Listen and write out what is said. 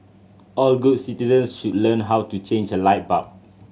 all good citizens should learn how to change a light bulb